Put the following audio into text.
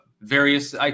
various